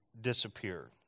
disappear